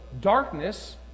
darkness